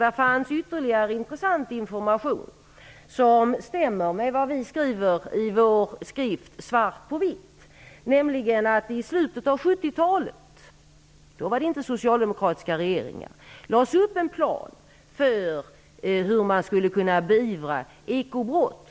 Där fanns ytterligare intressant information som stämmer med det vi skriver i vår skrift Svart på vitt, nämligen att det i slutet av 70 talet -- då var det inte socialdemokratiska regeringar -- lades upp en plan för hur man skulle kunna beivra ekobrott.